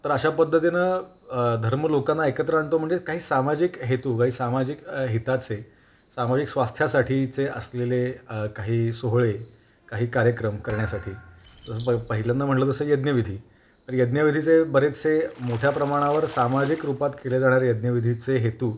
तर अशा पद्धतीनं धर्म लोकांना एकत्र आणतो म्हणजे काही सामाजिक हेतू काही सामाजिक हिताचे सामाजिक स्वास्थ्यासाठीचे असलेले काही सोहळे काही कार्यक्रम करण्यासाठी सं प पहिल्यांदा म्हणलं जसं यज्ञविधी तर यज्ञविधीचे बरेचसे मोठ्या प्रमाणावर सामाजिक रूपात केले जाणारे यज्ञविधीचे हेतू